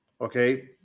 Okay